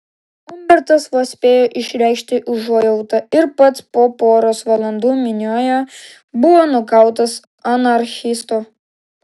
umbertas vos spėjo išreikšti užuojautą ir pats po poros valandų minioje buvo nukautas anarchisto